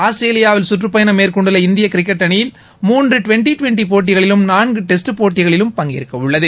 ஆஸ்திரேலியாவில் சுற்றுப்பயணம் மேற்கொண்டுள்ள இந்திய கிரிக்கெட் அணி மூன்று டுவென்டி டுவென்டி போட்டிகளிலும் நான்கு டெஸ்ட் போட்டிகளிலும் பங்கேற்க உள்ளது